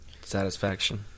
satisfaction